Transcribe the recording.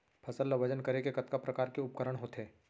फसल ला वजन करे के कतका प्रकार के उपकरण होथे?